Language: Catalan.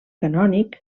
canònic